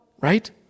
right